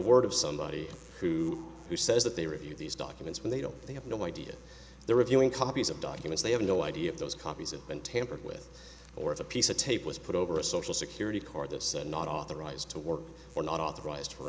word of somebody who says that they review these documents when they don't they have no idea they're reviewing copies of documents they have no idea if those copies of been tampered with or if a piece of tape was put over a social security card that said not authorized to work or not authorized for